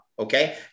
Okay